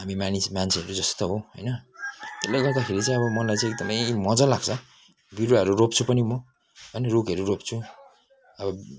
हामी मानिस मान्छेहरू जस्तो त हो होइन त्यसले गर्दाखेरि चाहिँ अब मलाई चाहिँ एकदमै मजा लाग्छ बिरुवाहरू रोप्छु पनि म अनि रुखहरू रोप्छु अब